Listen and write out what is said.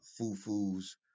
Fufu's